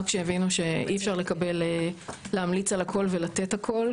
כשהבינו שאי אפשר להמליץ על הכול ולתת הכול,